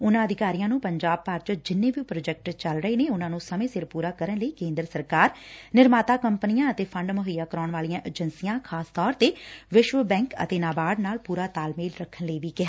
ਉਨਾਂ ਅਧਿਕਾਰੀਆਂ ਨੇ ਪੰਜਾਬ ਭਰ ਵਿਚ ਜਿਂਨੇ ਵੀ ਪੌਜੈਕਟ ਚੱਲ ਰਹੇ ਨੇ ਉਨਾਂ ਨੰ ਸਮੇਂ ਸਿਰ ਪਰਾ ਕਰਨ ਲਈ ਕੇਂਦਰ ਸਰਕਾਰ ਨਿਰਮਾਤਾ ਕੰਪਨੀਆਂ ਅਤੇ ਫੰਡ ਮੁਹੱਈਆ ਕਰਵਾਉਣ ਵਾਲੀਆਂ ਏਜੰਸੀਆਂ ਖਾਸ ਤੌਰ 'ਤੇ ਵਿਸ਼ਵ ਬੈਂਕ ਅੰਤੇ ਨਾਬਾਰਡ ਨਾਲ ਪਰਾ ਤਾਲਮੇਲ ਰੱਖਣ ਲਈ ਵੀ ਕਿਹਾ